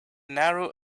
narrow